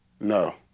No